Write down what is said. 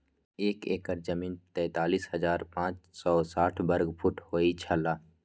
एक एकड़ जमीन तैंतालीस हजार पांच सौ साठ वर्ग फुट होय छला